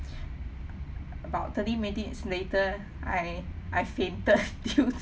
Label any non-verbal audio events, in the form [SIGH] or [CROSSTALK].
about thirty minutes later I I fainted [LAUGHS] due